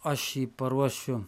aš jį paruošiu